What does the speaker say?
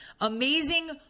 amazing